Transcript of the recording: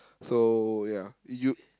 so ya you